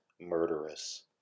murderous